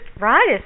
right